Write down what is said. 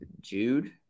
Jude